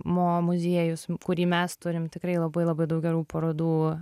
mo muziejus kurį mes turim tikrai labai labai daug gerų parodų